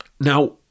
Now